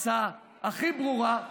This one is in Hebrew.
ההצעה הכי ברורה.